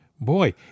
Boy